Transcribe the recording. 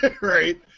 Right